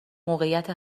موقعیت